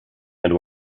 and